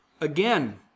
again